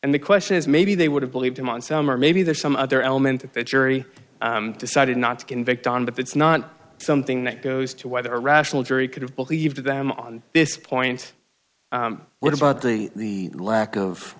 and the question is maybe they would have believed him on some or maybe there's some other element of the jury decided not to convict on but that's not something that goes to whether rational jury could have believed them on this point what about the lack of